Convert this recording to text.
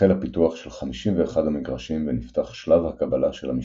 החל הפיתוח של 51 המגרשים ונפתח שלב הקבלה של המשתכנים.